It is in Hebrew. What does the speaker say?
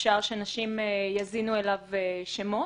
ונשים יכולות להזין אליו שמות,